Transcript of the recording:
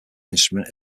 instrument